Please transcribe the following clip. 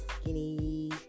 skinny